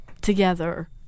together